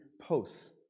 posts